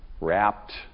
wrapped